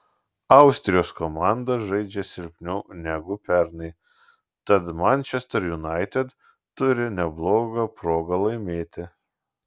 austrijos komanda žaidžia silpniau negu pernai tad manchester united turi neblogą progą laimėti